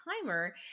Timer